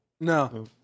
No